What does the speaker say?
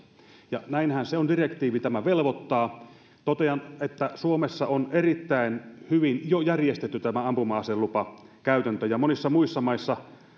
ja näinhän se on direktiivi tähän velvoittaa totean että suomessa on erittäin hyvin jo järjestetty tämä ampuma aselupakäytäntö ja monissa muissa maissa